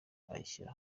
ayishyira